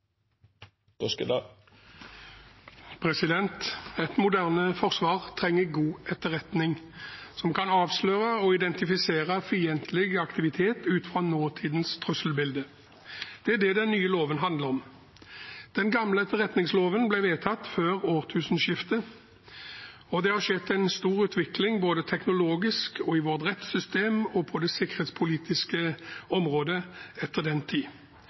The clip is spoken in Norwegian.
Et moderne forsvar trenger god etterretning som kan avsløre og identifisere fiendtlig aktivitet ut fra nåtidens trusselbilde. Det er det den nye loven handler om. Den gamle etterretningsloven ble vedtatt før årtusenskiftet, og det har skjedd en stor utvikling både teknologisk og i vårt rettssystem og på det sikkerhetspolitiske området etter den tid.